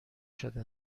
شده